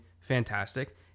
fantastic